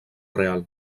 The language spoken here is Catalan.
real